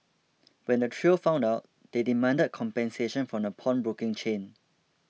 when the trio found out they demanded compensation from the pawnbroking chain